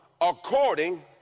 according